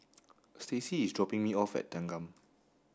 Stacie is dropping me off at Thanggam